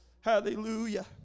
hallelujah